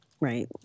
Right